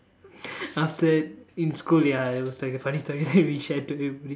after that in school ya it was like a funny story that we shared to everybody